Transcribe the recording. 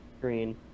Green